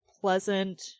pleasant